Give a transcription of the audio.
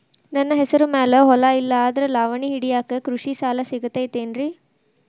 ನನ್ನ ಹೆಸರು ಮ್ಯಾಲೆ ಹೊಲಾ ಇಲ್ಲ ಆದ್ರ ಲಾವಣಿ ಹಿಡಿಯಾಕ್ ಕೃಷಿ ಸಾಲಾ ಸಿಗತೈತಿ ಏನ್ರಿ?